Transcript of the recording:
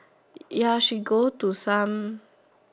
ya she go to some